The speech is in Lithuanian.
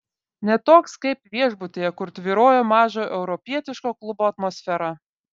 ne toks kaip viešbutyje kur tvyrojo mažo europietiško klubo atmosfera